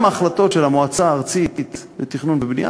גם ההחלטות של המועצה הארצית לתכנון ובנייה